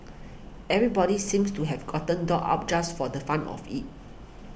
everybody seems to have gotten dolled up just for the fun of it